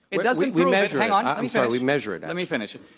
it doesn't we measure. i'm sorry. we measure it. let me finish it.